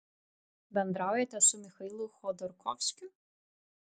bendraujate su michailu chodorkovskiu